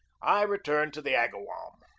i returned to the agawam.